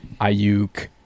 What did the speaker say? Ayuk